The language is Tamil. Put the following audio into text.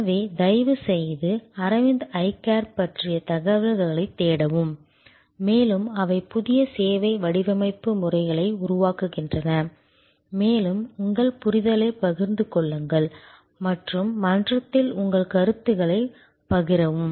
எனவே தயவு செய்து அரவிந்த் ஐ கேர் பற்றிய தகவல்களைத் தேடவும் மேலும் அவை புதிய சேவை வடிவமைப்பு முறைகளை உருவாக்குகின்றன மேலும் உங்கள் புரிதலைப் பகிர்ந்துகொள்ளுங்கள் மற்றும் மன்றத்தில் உங்கள் கருத்துகளைப் பகிரவும்